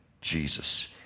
Jesus